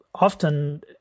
Often